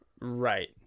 Right